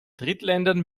drittländern